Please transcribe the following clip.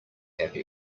happy